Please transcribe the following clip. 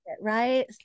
Right